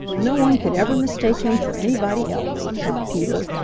no one could ever mistake him for anybody else, thought peter,